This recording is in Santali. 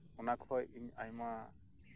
ᱚᱱᱟᱠᱷᱚᱡ ᱤᱧ ᱟᱭᱢᱟ